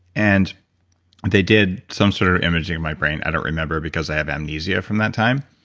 and they did some sort of imaging of my brain, i don't remember because i have amnesia from that time.